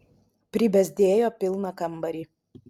pribezdėjo pilną kambarį